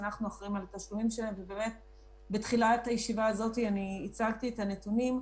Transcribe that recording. שאנחנו אחראיים על התשלומים שלהם ובתחילת הישיבה הזו הצגתי את הנתונים.